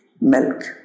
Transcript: milk